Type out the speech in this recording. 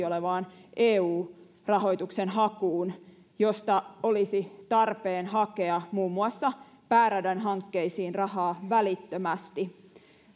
olevaan eu rahoituksen hakuun josta olisi tarpeen hakea muun muassa pääradan hankkeisiin rahaa välittömästi